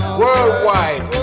worldwide